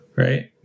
Right